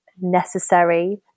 necessary